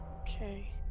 Okay